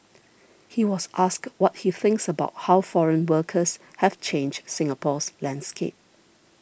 he was asked what he thinks about how foreign workers have changed Singapore's landscape